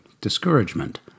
discouragement